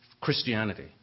Christianity